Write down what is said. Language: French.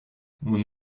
mon